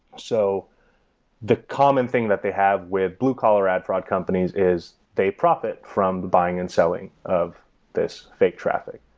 so the common thing that they have with blue collar ad fraud companies is they profit from the buying and selling of this fake traffic.